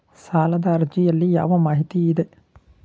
ಸಾಲದ ಅರ್ಜಿಯಲ್ಲಿ ಯಾವ ಮಾಹಿತಿ ಇದೆ?